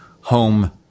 home